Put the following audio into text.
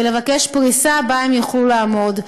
ולבקש פריסה שבה יוכלו לעמוד,